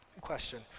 question